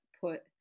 put